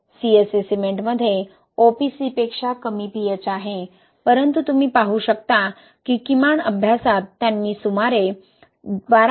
CSA सिमेंटमध्ये OPC पेक्षा कमी pH आहे परंतु तुम्ही पाहू शकता की किमान अभ्यासात त्यांनी सुमारे 12